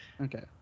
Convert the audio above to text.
Okay